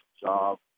job